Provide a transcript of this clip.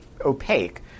opaque